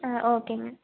ஆ ஓகேங்க